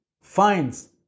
finds